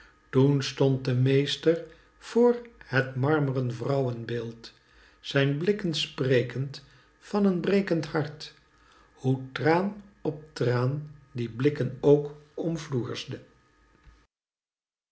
toen stond de meester voor het marmren vrouwenbeeld zijn blikken sprekend van een brekend hart hoe traan op traan die blikken ook